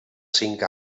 cinc